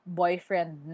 boyfriend